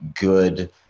good